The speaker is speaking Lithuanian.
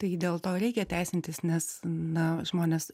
tai dėl to ir reikia teisintis nes na žmonės